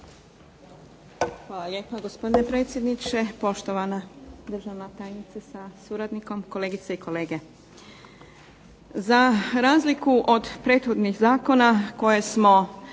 Hvala lijepa gospodine predsjedniče, poštovana državna tajnice sa suradnikom, kolegice i kolege. Za razliku od prethodnih zakona koje smo